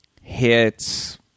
hits